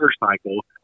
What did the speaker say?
motorcycle